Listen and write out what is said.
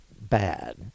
bad